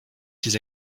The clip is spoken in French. ses